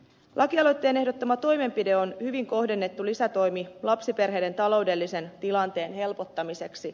lakialoitteen ehdottama toimenpide on hyvin kohdennettu lisätoimi lapsiperheiden taloudellisen tilanteen helpottamiseksi